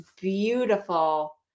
beautiful